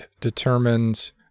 determines